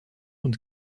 und